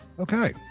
Okay